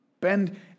Bend